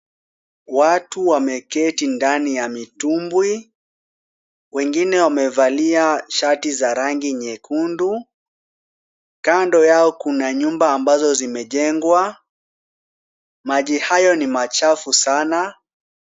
Watu wameketi ndani ya mitumbwi. Wengine wamevalia shati za rangi nyekundu. Kando yao kuna nyumba ambazo zimejengwa. Maji hayo ni machafu sana.